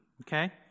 okay